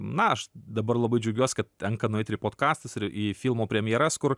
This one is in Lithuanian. na aš dabar labai džiaugiuos kad tenka nueit ir į podkastus ir į filmų premjeras kur